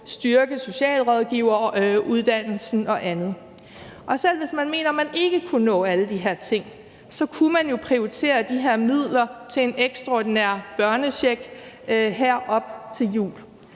styrke socialrådgiveruddannelsen og andet. Selv hvis man mener, at man ikke kunne nå alle de her ting, så kunne man jo prioritere de her midler til en ekstraordinær børnecheck her op til jul.